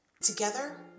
Together